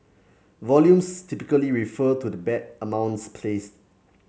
volumes typically refer to the bet amounts placed